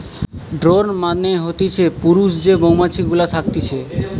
drone মানে হতিছে পুরুষ যে মৌমাছি গুলা থকতিছে